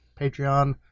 patreon